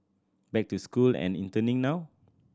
back to school and interning now